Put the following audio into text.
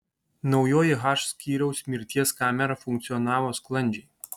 naujoji h skyriaus mirties kamera funkcionavo sklandžiai